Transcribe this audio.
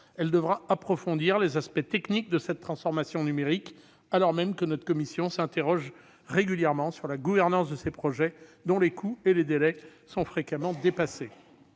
Elle devra approfondir les aspects techniques de cette transformation numérique, alors même que la commission s'interroge régulièrement sur la gouvernance de ces projets, dont les coûts et les délais sont fréquemment dépassés.